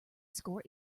score